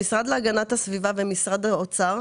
המשרד להגנת הסביבה ומשרד האוצר.